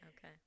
Okay